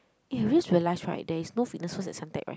eh I just realise right there is no Fitness First at Suntec right